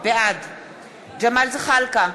בעד ג'מאל זחאלקה,